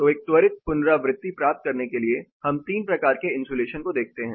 तो एक त्वरित पुनरावृत्ति प्राप्त करने के लिए हम 3 प्रकार के इन्सुलेशन को देखते हैं